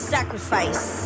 Sacrifice